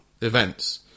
events